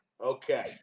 Okay